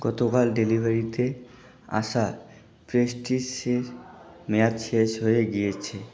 গতকাল ডেলিভারিতে আসা প্রেস্টিজের মেয়াদ শেষ হয়ে গিয়েছে